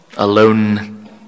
alone